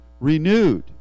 renewed